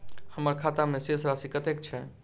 हम्मर खाता मे शेष राशि कतेक छैय?